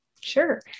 Sure